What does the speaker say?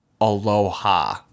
Aloha